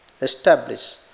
establish